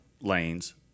lanes